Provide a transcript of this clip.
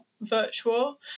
virtual